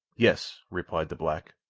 yes, replied the black.